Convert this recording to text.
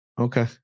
Okay